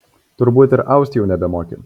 turbūt ir aust jau nebemoki